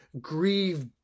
grieve